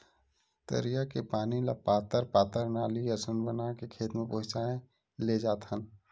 तरिया के पानी ल पातर पातर नाली असन बना के खेत म पहुचाए लेजाथन